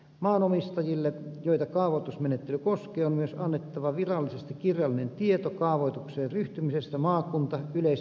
maanomistajille joita kaavoitusmenettely koskee on myös annettava virallisesti kirjallinen tieto kaavoitukseen ryhtymisestä maakunta yleis ja asemakaavaa varten